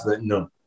No